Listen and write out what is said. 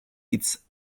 its